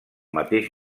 mateix